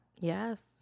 Yes